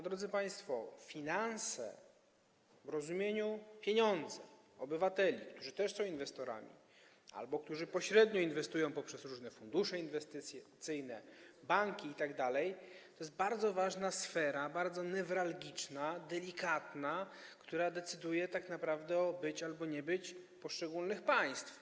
Drodzy państwo, finanse w rozumieniu: pieniądze obywateli, którzy też są inwestorami albo którzy pośrednio inwestują poprzez różne fundusze inwestycyjne, banki itd., to jest bardzo ważna sfera, bardzo newralgiczna, delikatna, która decyduje tak naprawdę o być albo nie być poszczególnych państw.